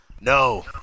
No